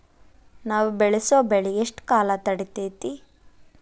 ನಾವು ಬೆಳಸೋ ಬೆಳಿ ಎಷ್ಟು ಕಾಲ ತಡೇತೇತಿ?